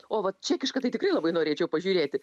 o vat čekišką tai tikrai labai norėčiau pažiūrėti